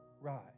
rise